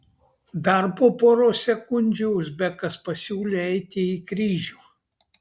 dar po poros sekundžių uzbekas pasiūlė eiti į kryžių